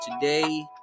today